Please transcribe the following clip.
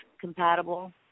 compatible